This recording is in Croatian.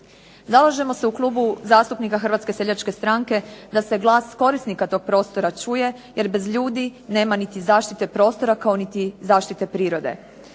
Zalažemo se u Klubu zastupnika Hrvatske seljačke stranke da se glas korisnika tog prostora čuje jer bez ljudi nema niti zaštite prostora, kao niti zaštite prirode.